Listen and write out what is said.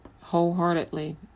wholeheartedly